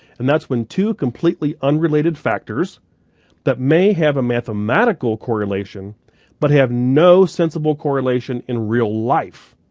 and that's when two completely unrelated factors that may have a mathematical correlation but have no sensible correlation in real life.